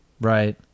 right